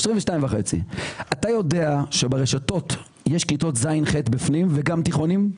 אתה יודע שברשתות יש כיתות ז'-ח' בפנים וגם תיכונים?